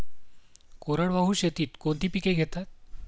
कोरडवाहू शेतीत कोणती पिके घेतात?